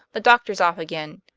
the doctor's off again.